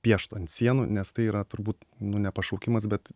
piešt ant sienų nes tai yra turbūt nu ne pašaukimas bet